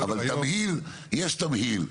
אבל תמהיל, יש תמהיל.